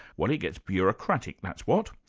well it gets bureaucratic, that's what.